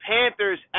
Panthers